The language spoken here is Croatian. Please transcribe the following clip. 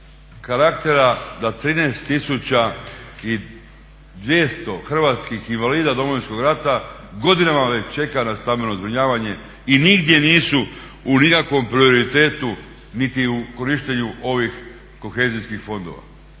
karaktera da 13.200 invalida Domovinskog rata godinama već čeka na stambeno zbrinjavanje i nigdje nisu u nikakvom prioritetu niti u korištenju ovih kohezijskih fondova,